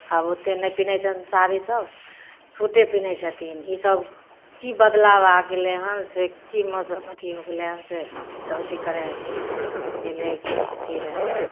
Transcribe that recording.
आब ओत्ते नहि पहिनै छथिन साड़ी सभ सूटे पहिनै छथिन इसभ की बदलाव आ गेलै हन से की मतलब अथि भऽ गेलै हन से सभ अथी करै हेथिन पहले अथि रहै